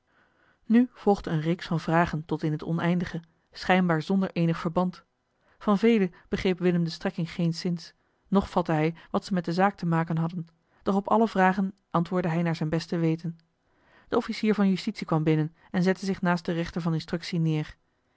nu volgde eene reeks van vragen tot in het oneindige schijnbaar zonder eenig verband van vele begreep willem de strekking geenszins noch vatte hij wat ze met de zaak te maken hadden doch op alle vragen antwoordde hij naar zijn beste weten eli heimans willem roda de officier van justitie kwam binnen en zette zich naast den rechter van instructie neer